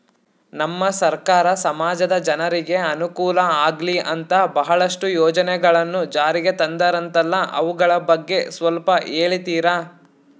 ನಮ್ಮ ಸರ್ಕಾರ ಸಮಾಜದ ಜನರಿಗೆ ಅನುಕೂಲ ಆಗ್ಲಿ ಅಂತ ಬಹಳಷ್ಟು ಯೋಜನೆಗಳನ್ನು ಜಾರಿಗೆ ತಂದರಂತಲ್ಲ ಅವುಗಳ ಬಗ್ಗೆ ಸ್ವಲ್ಪ ಹೇಳಿತೀರಾ?